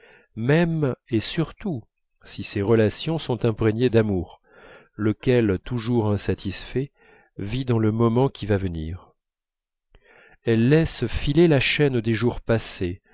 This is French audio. même et surtout si ces relations sont imprégnées d'amour lequel toujours insatisfait vit dans le moment qui va venir elle laisse filer la chaîne des jours passés